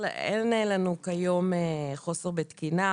אין לנו כיום חוסר בתקינה.